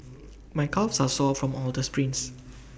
my calves are sore from all the sprints